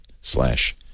slash